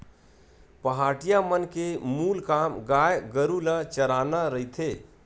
पहाटिया मन के मूल काम गाय गरु ल चराना रहिथे